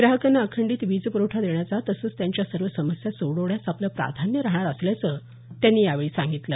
ग्राहकांना अखंडित वीज पुरवठा देण्याचा तसंच त्यांच्या सर्व समस्या सोडवण्यास आपलं प्राधान्य राहणार असल्याचं त्यांनी यावेळी सांगितलं